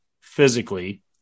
physically